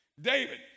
David